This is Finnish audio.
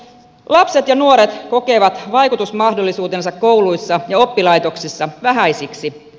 lapset ja nuoret kokevat vaikutusmahdollisuutensa kouluissa ja oppilaitoksissa vähäisiksi